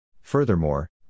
Furthermore